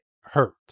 hurt